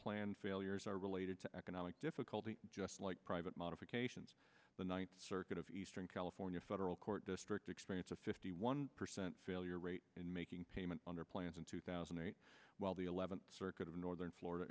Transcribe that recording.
plan failures are related to economic difficulty just like private modifications the ninth circuit of eastern california federal court district experience a fifty one percent failure rate in making payment on their plans in two thousand and eight while the eleventh circuit in northern florida